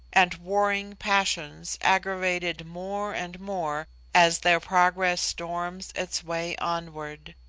and warring passions aggravated more and more as their progress storms its way onward.